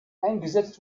eingesetzt